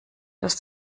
dass